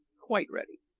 quite ready.